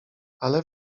ale